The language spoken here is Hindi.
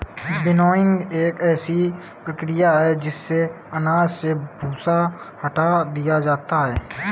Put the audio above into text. विनोइंग एक ऐसी प्रक्रिया है जिसमें अनाज से भूसा हटा दिया जाता है